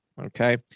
Okay